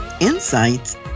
insights